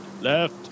left